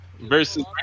versus